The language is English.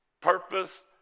Purpose